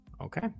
Okay